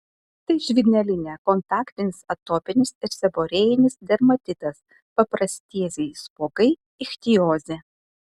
tai žvynelinė kontaktinis atopinis ir seborėjinis dermatitas paprastieji spuogai ichtiozė